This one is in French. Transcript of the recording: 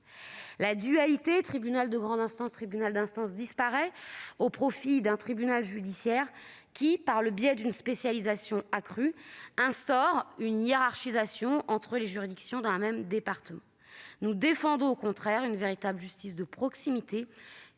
La dualité tribunal de grande instance-tribunal d'instance disparaît au profit d'un tribunal judiciaire qui, par le biais d'une spécialisation accrue, instaure une hiérarchisation entre les juridictions d'un même département. Nous défendons au contraire une véritable justice de proximité,